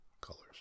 colors